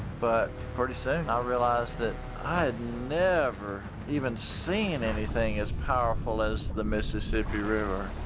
but pretty soon, i realized that i had never even seen anything as powerful as the mississippi river.